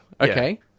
okay